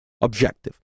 objective